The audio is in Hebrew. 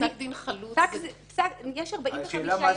פסק דין חלוט --- יש 45 ימי ערעור.